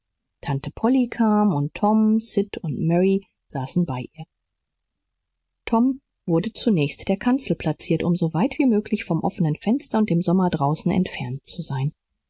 tante polly kam und tom sid und mary saßen bei ihr tom wurde zunächst der kanzel plaziert um so weit wie möglich vom offenen fenster und dem sommer draußen entfernt zu sein